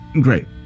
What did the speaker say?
Great